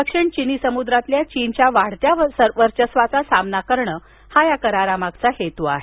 दक्षिण चिनी समुद्रातल्या चीनच्या वाढत्या वर्चस्वाचा सामना करण्याचा या करारामागचा हेतू आहे